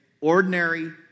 ordinary